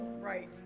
Right